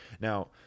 Now